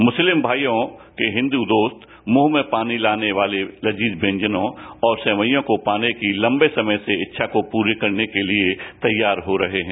मुस्लिम भाई भाइयों के हिंदू दोस्त मुंह में पानी लाने वाले लजीज व्यंजनों और सेवईयां पाने की लंबे समय से इच्छा को पूरी करने के लिए तैयार हो रहे हैं